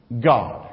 God